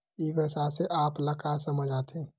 ई व्यवसाय से आप ल का समझ आथे?